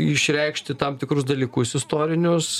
išreikšti tam tikrus dalykus istorinius